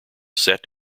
set